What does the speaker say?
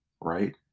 right